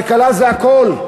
כלכלה זה הכול: